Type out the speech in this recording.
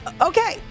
Okay